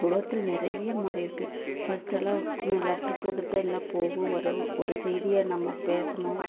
இந்த உலகத்தில் நிறைய மாறியிருக்கு ஃபஸ்ட்டெல்லாம் லெட்டர் போட்டுதான் எல்லா போகும் வரும் ஒரு செய்தியை நம்ம பேசணும்